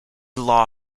law